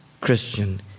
Christian